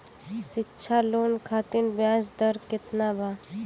शिक्षा लोन खातिर ब्याज दर केतना बा?